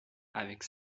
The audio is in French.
avec